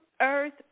Earth